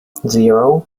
zero